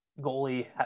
goalie